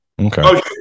Okay